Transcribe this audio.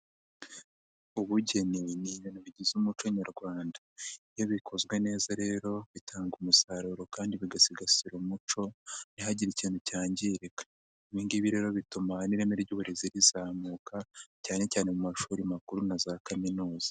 Ubugeni ni ibintu bigize umuco nyarwanda, iyo bikozwe neza rero bitanga umusaruro kandi bigasigasira umuco ntihagire ikintu cyangirika, ibi ngibi rero bituma n'ireme ry'uburezi rizamuka cyane cyane mu mashuri makuru na za kaminuza.